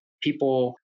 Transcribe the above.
People